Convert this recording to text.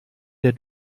der